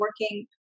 working